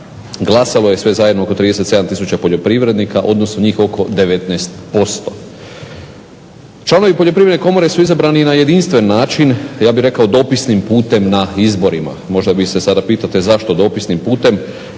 glasalo je sve zajedno oko 37000 poljoprivrednika, odnosno njih oko 19%. Članovi Poljoprivredne komore su izabrani na jedinstven način, ja bih rekao dopisnim putem na izborima. Možda vi se sada pitate zašto dopisnim putem,